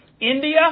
India